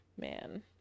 Man